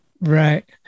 Right